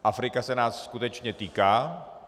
Afrika se nás skutečně týká.